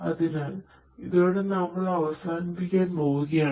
അതിനാൽ ഇതോടെ നമ്മൾ അവസാനിപ്പിക്കാൻ പോവുകയാണ്